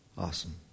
awesome